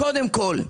קודם כול,